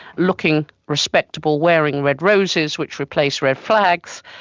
looking respectable, wearing red roses, which replaced red flags,